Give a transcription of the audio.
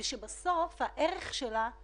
שצ'ק שלהם